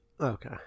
Okay